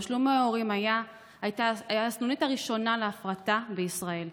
תשלומי ההורים היו הסנונית הראשונה להפרטה בישראל,